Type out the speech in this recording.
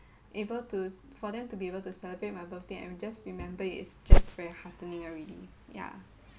able to for them to able to celebrate for my birthday and just remember it is just very heartening already ya